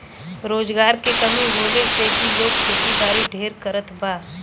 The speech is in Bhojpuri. रोजगार के कमी होले से भी लोग खेतीबारी ढेर करत बा